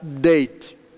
date